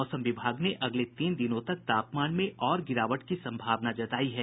मौसम विभाग ने अगले तीन दिनों तक तापमान में और गिरावट की संभावना जतायी है